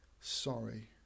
Sorry